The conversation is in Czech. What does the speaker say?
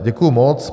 Děkuju moc.